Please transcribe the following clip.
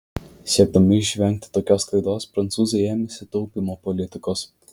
siekdami išvengti tokios klaidos prancūzai ėmėsi taupymo politikos